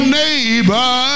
neighbor